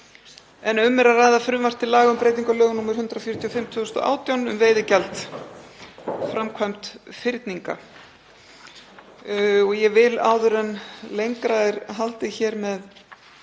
en um er að ræða frumvarp til laga um breytingu á lögum nr. 145/2018, um veiðigjald, framkvæmd fyrninga. Ég vil áður en lengra er haldið með